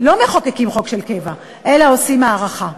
לא מחוקקים חוק של קבע אלא עושים הארכה?